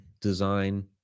design